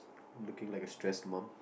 looking like a stress mom